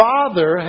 Father